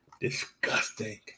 disgusting